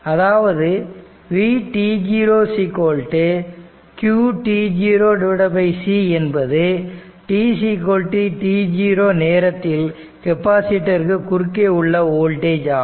அதாவது vt0 qt0c என்பது t t0 நேரத்தில் கெப்பாசிட்டருக்கு குறுக்கே உள்ள வோல்டேஜ் ஆகும்